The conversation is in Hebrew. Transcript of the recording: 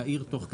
ואעיר תוך כדי,